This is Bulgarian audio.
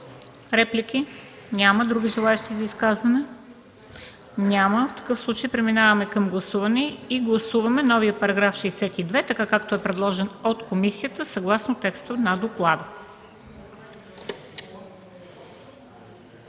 Реплики? Няма. Други желаещи за изказване? Няма. Преминаваме към гласуване. Гласуваме новия § 62, така както е предложен от комисията, съгласно текста на доклада.